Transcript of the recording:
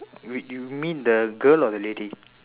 you you mean the girl or the lady